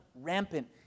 rampant